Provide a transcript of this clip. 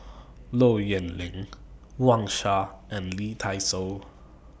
Low Yen Ling Wang Sha and Lee Dai Soh